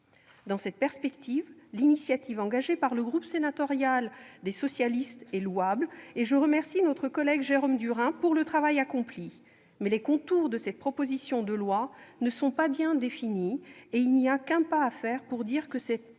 Dans cette perspective, l'initiative engagée par le groupe sénatorial des socialistes est louable et je remercie notre collègue Jérôme Durain pour le travail accompli, mais les contours de cette proposition de loi ne sont pas bien définis et il n'y a qu'un pas à faire pour affirmer que sa finalité